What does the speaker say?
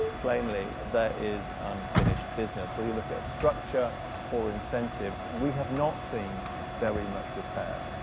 plainly there is unfinished business. when you look at structure or incentives, we have not seen very much repair.